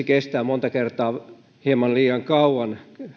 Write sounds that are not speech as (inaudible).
(unintelligible) kestää monta kertaa hieman liian kauan